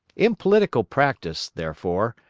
in political practice, therefore,